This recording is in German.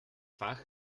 fach